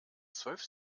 zwölf